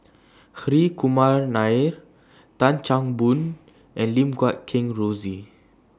Hri Kumar Nair Tan Chan Boon and Lim Guat Kheng Rosie